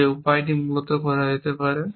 যে উপায়টি মূলত করা যেতে পারে